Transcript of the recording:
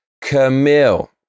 Camille